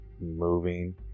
moving